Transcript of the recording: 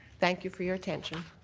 thank you for your attention.